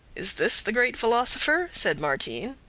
is this the great philosopher? said martin.